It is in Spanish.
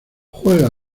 juega